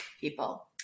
people